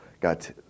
got